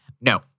No